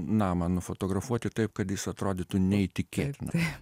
namą nufotografuoti taip kad jis atrodytų neįtikėtinai